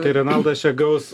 tai renaldas čia gaus